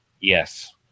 Yes